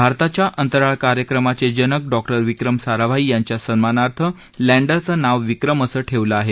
भारताच्या अंतराळ कार्यक्रमाचे जनक डॉक्टर विक्रम साराभाई यांच्या सन्मानार्थ लँडरचं नाव विक्रम असं ठेवलं आहे